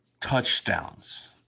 touchdowns